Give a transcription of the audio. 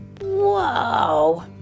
Whoa